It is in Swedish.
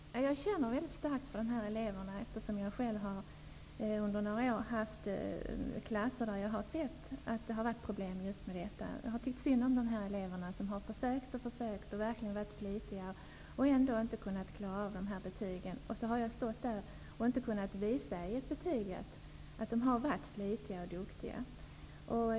Herr talman! Jag känner mycket starkt för dessa elever, eftersom jag själv under några år har haft klasser där jag har sett att det har varit problem just med detta. Jag har tyckt synd om dessa elever som har försökt och försökt och verkligen varit flitiga och ändå inte har kunnat klara av dessa betyg. Då har jag stått där och i ett betyg inte kunnat visa att de har varit flitiga och duktiga.